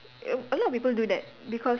a lot of people do that because